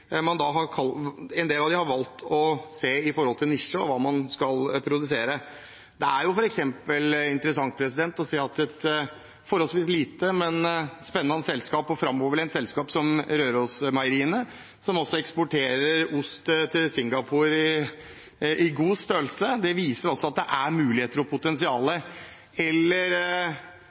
man tenker rundt dette spørsmålet, for jeg ser definitivt at det er store muligheter. Det er norske bedrifter som gjør det bra. En del av dem har valgt å se det ut fra nisje og hva man skal produsere. Det er f.eks. interessant å se at et forholdsvis lite, men spennende og framoverlent selskap som Rørosmeieriet, som eksporterer ost til Singapore i godt omfang, viser at det er muligheter og